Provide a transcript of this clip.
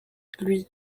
lui